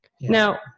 Now